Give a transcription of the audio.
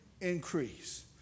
increase